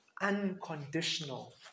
unconditional